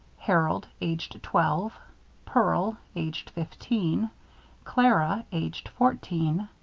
harold aged twelve pearl aged fifteen clara aged fourteen